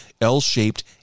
L-shaped